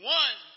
one